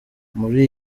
muri